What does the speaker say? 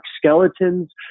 skeletons